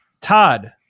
Todd